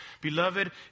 beloved